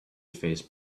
phase